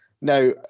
Now